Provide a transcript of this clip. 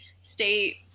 state